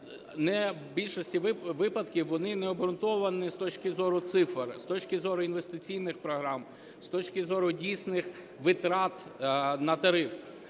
в більшості випадків не обґрунтовані з точки зору цифр, з точки зору інвестиційних програм, з точки зору дійсних витрат на тариф.